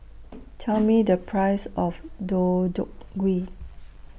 Tell Me The Price of Deodeok Gui